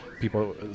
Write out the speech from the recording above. people